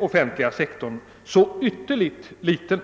offentliga sektorn så ytterligt litet?